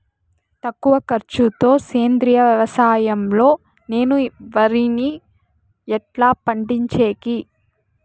తక్కువ ఖర్చు తో సేంద్రియ వ్యవసాయం లో నేను వరిని ఎట్లా పండించేకి?